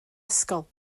ysgol